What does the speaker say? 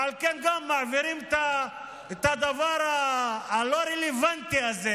ועל כן גם מעבירים את הדבר הלא-רלוונטי הזה,